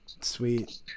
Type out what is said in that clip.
Sweet